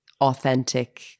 Authentic